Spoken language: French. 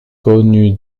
connue